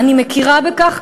אני מכירה בכך,